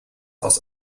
aus